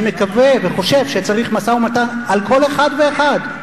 אני מקווה וחושב שצריך משא-ומתן על כל אחד ואחד,